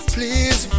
Please